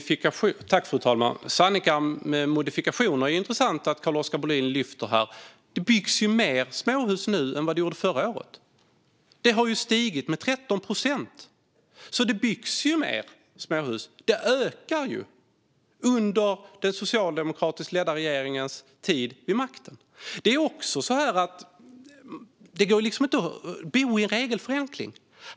Fru talman! Det är intressant att Carl-Oskar Bohlin här lyfter fram sanningar med modifikation. Det byggs fler småhus nu än under förra året Det har stigit med 13 procent. Det byggs fler småhus, och antalet ökar under den socialdemokratiskt ledda regeringens tid vid makten. Det går inte att bo i en regelförenkling.